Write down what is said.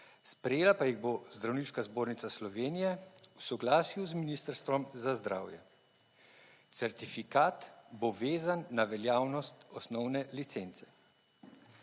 sprejela pa jih bo Zdravniška zbornica Slovenije v soglasju z Ministrstvom za zdravje. Certifikat bo vezan na veljavnost osnovne licence.